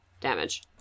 damage